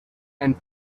and